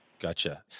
Gotcha